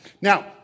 Now